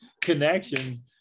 connections